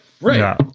right